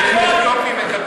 זה הכול.